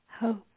hope